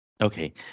Okay